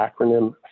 acronym